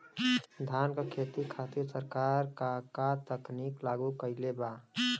धान क खेती खातिर सरकार का का तकनीक लागू कईले बा?